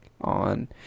on